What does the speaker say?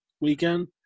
weekend